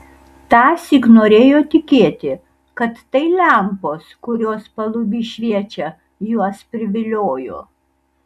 tąsyk norėjo tikėti kad tai lempos kurios paluby šviečia juos priviliojo